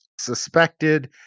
suspected